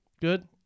Good